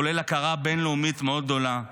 כולל הכרה בין-לאומית מאוד גדולה.